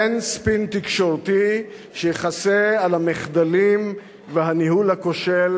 אין ספין תקשורתי שיכסה על המחדלים והניהול הכושל